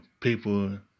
people